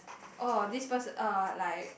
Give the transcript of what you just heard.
oh this person uh like